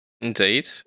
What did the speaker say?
Indeed